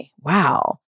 Wow